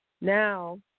now